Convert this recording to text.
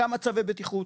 כמה צווי בטיחות,